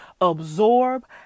absorb